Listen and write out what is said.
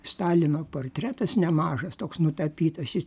stalino portretas nemažas toks nutapytas jis